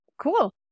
Cool